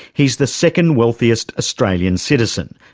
he's the second wealthiest australian citizen,